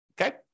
Okay